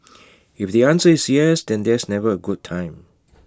if the answer is yes then there's never A good time